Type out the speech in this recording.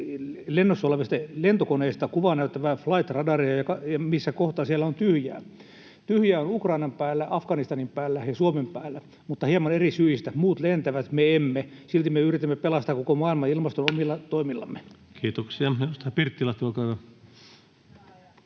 lennossa olevista lentokoneista kuvaa näyttävää Flightradaria, missä kohtaa siellä on tyhjää. Tyhjää on Ukrainan päällä, Afganistanin päällä ja Suomen päällä, mutta hieman eri syistä. Muut lentävät, me emme. Silti me yritämme pelastaa koko maailman ilmaston omilla toimillamme. [Speech 137] Speaker: